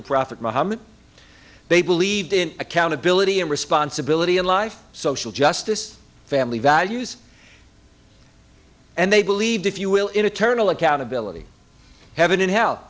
the prophet muhammad they believed in accountability and responsibility in life social justice family values and they believed if you will in eternal accountability heaven in hell